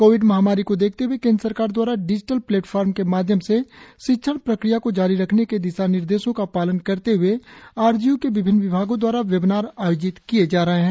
Covid महामारी को देखते हुए केंद्र सरकार दवारा डिजिटल प्लेटफॉर्म के माध्यम से शिक्षण प्रक्रिया को जारी रखने के दिशानिर्देशों का पालन करते हए आर जी यू के विभिन्न विभागों द्वारा वेबनार आयोजित किए जा रहे हैं